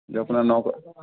जो अपना नौ को